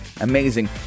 Amazing